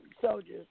soldiers